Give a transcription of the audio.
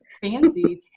fancy